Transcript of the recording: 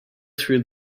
through